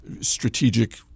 Strategic